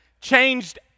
changed